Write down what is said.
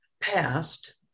past